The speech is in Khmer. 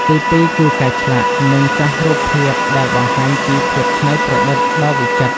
ទីពីរគឺការឆ្លាក់ និងចោះរូបភាពដែលបង្ហាញពី ភាពច្នៃប្រឌិតដ៏វិចិត្រ។